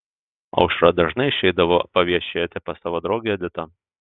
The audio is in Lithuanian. aušra dažnai išeidavo paviešėti pas savo draugę editą